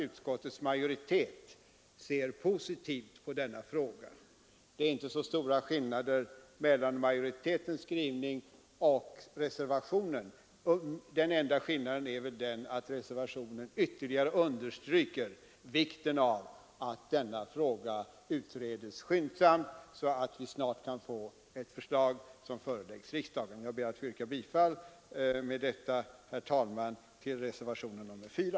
Utskottets majoritet ser positivt på denna fråga. Det är inte så stora skillnader mellan majoritetens skrivning och reservationen. Den enda skillnaden är väl att reservationen ytterligare understryker vikten av att denna fråga utreds skyndsamt, så att ett förslag snart kan föreläggas riksdagen. Jag ber med detta att få yrka bifall till reservationen 4.